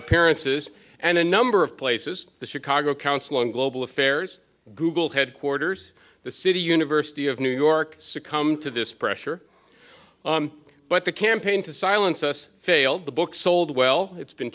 appearances and a number of places the chicago council on global affairs google headquarters the city university of new york succumb to this pressure but the campaign to silence us failed the book sold well it's been